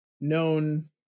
known